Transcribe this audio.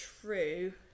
true